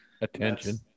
Attention